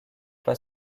pas